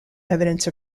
evidence